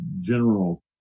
general